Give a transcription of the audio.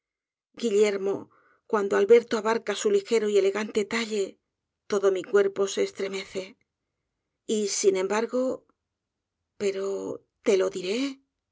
guillermo cuando alberto abarca su ligero y elegante talle todo mi cuerpo se estremece y sin embargo pero te lo diré